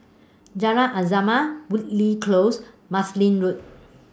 Jalan Azam Woodleigh Close Marsiling Road